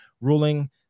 ruling